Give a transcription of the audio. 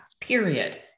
Period